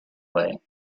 way